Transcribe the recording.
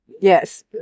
Yes